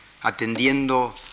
atendiendo